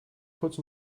kurz